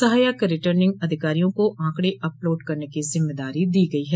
सहायक रिटर्निंग अधिकारियों को आंकड़े अपलोड करने की जिम्मेदारी दी गई है